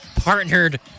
partnered